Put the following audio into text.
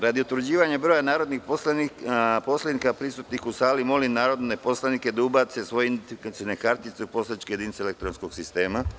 Radi utvrđivanja broja narodnih poslanika prisutnih u sali, molim narodne poslanike da ubace svoje identifikacione kartice u poslaničke jedinice elektronskog sistema